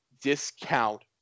discount